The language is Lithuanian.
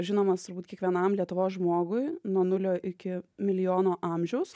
žinomas turbūt kiekvienam lietuvos žmogui nuo nulio iki milijono amžiaus